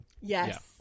Yes